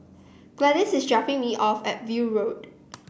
Gladyce is dropping me off at View Road